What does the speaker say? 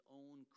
own